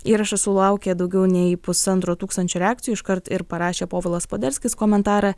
įrašas sulaukė daugiau nei pusantro tūkstančio reakcijų iškart ir parašė povilas poderskis komentarą